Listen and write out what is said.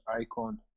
Icon